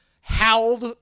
howled